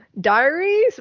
diaries